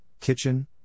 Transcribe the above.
kitchen